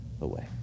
away